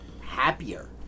happier